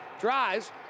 Drives